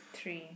three